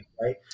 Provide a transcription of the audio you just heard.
right